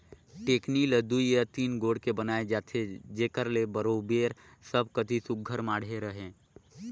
टेकनी ल दुई या तीन गोड़ के बनाए जाथे जेकर ले बरोबेर सब कती सुग्घर माढ़े रहें